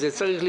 אם